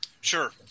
Sure